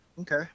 Okay